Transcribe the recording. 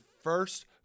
first